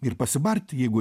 ir pasibarti jeigu